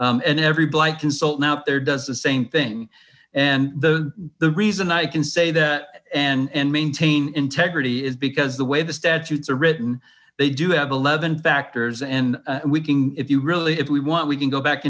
and every blight consultant out there does the same thing and the the reason i can say that and maintain integrity is because the way the statutes are written they do have eleven factors in working if you really if we want we can go back